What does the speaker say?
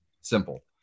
simple